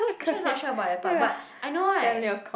actually I not sure about that part but I know right